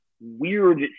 weird